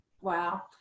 wow